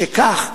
משכך,